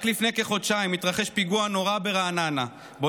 רק לפני כחודשיים התרחש פיגוע נורא ברעננה שבו